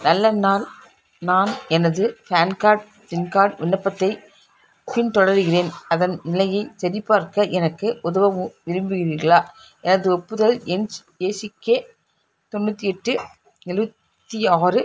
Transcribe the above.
நல்ல நாள் நான் எனது பேன் கார்ட் சிம் கார்ட் விண்ணப்பத்தை பின்தொடர்கிறேன் அதன் நிலையைச் சரிபார்க்க எனக்கு உதவ விரும்புகிறீர்களா எனது ஒப்புதல் எண் ஏசிகே தொண்ணூற்றி எட்டு எழுவத்தி ஆறு